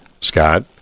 Scott